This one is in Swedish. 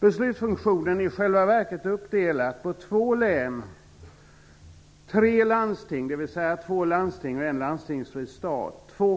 Beslutsfunktionen är i själva verket uppdelad på två län, tre landsting - dvs. två landsting och en landstingsfri stad - två